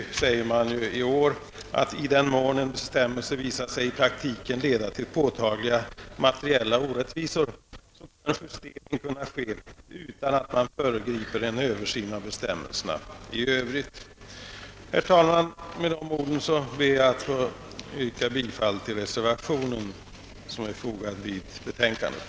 Nu säger man i årets betänkande: »I den mån en bestämmelse visat sig i praktiken leda till påtagliga materiella orättvisor bör en justering kunna ske utan att man föregriper en översyn av bestämmelserna i övrigt.» Herr talman! Med de orden ber jag att få yrka bifall till reservationen som är fogad vid betänkandet.